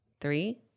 three